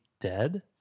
dead